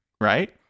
right